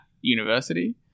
university